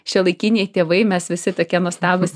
šiuolaikiniai tėvai mes visi tokie nuostabūs